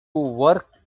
work